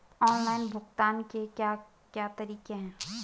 Online भुगतान के क्या क्या तरीके हैं?